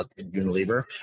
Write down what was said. Unilever